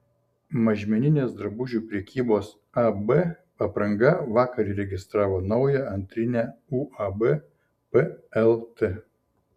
mažmeninės drabužių prekybos ab apranga vakar įregistravo naują antrinę uab plt